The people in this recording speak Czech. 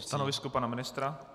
Stanovisko pana ministra?